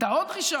הייתה עוד דרישה,